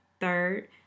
Third